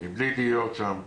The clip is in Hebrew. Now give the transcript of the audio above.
מבלי להיות שם.